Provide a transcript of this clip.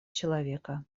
человека